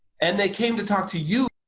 and they came to talk to you.